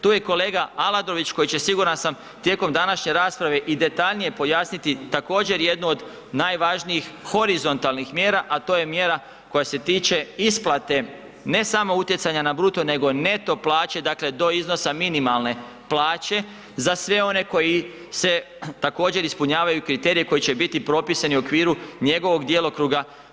Tu je kolega Aladović koji će siguran sam, tijekom današnje rasprave i detaljnije pojasniti također jednu od najvažnijih horizontalnih mjera, a to je mjera koja se tiče isplate ne samo utjecanja na bruto, nego neto plaće, dakle do iznosa minimalne plaće za sve one koji se, također ispunjavaju kriterije koji će biti propisani u okviru njegovog djelokruga.